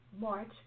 March